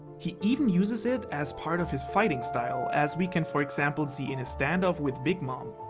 he even uses it as part of his fighting style, as we can for example see in his standoff with big mom.